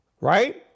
Right